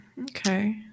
Okay